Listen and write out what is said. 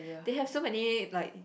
they have so many like